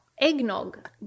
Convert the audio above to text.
Eggnog